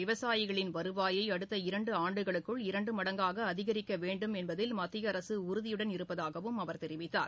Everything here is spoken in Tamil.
விவசாயிகளின் வருவாயை அடுத்த இரண்டு ஆண்டுகளுக்குள் இரண்டு மடங்காக அதிகிக்க வேண்டும் என்பதில் மத்திய அரசு உறுதியுடன் இருப்பதாகவும் அவர் தெரிவித்தார்